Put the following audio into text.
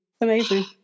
Amazing